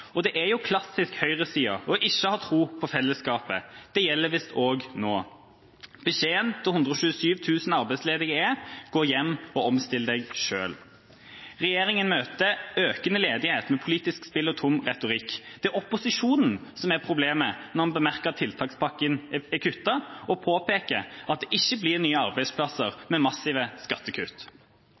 Det er klassisk høyresida ikke å ha tro på fellesskapet. Det gjelder visst også nå. Beskjeden til 127 000 arbeidsledige er: Gå hjem og omstill deg selv! Regjeringa møter økende ledighet med politisk spill og tom retorikk. Det er opposisjonen som er problemet når vi bemerker at tiltakspakken er kuttet, og påpeker at det ikke blir nye arbeidsplasser med massive skattekutt.